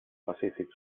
pacífic